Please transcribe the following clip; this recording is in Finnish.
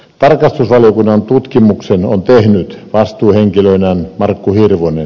tarkastusvaliokunnan tutkimuksen on tehnyt vastuuhenkilönä markku hirvonen